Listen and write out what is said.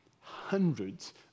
hundreds